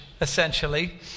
essentially